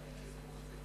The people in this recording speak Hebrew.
אדוני